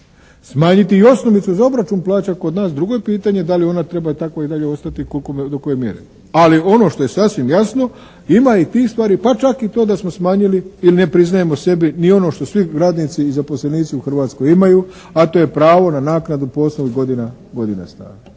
smanjiti i osnovicu za obračun plaća kod nas. Drugo je pitanje, da li ona tako treba i dalje ostati i do koje mjere? Ali ono što je sasvim jasno ima i tih stvari pa čak i to da smo smanjili ili ne priznajemo sebi ni ono što svi radnici i zaposlenici u Hrvatskoj imaju a to je pravo na naknadu po osnovi godina staža.